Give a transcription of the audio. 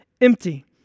empty